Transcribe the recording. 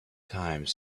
time